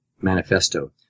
manifesto